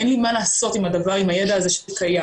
אין לי מה לעשות עם הידע הזה כשהוא קיים.